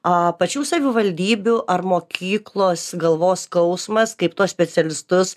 a pačių savivaldybių ar mokyklos galvos skausmas kaip tuos specialistus